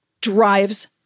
drives